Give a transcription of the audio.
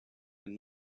and